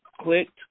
clicked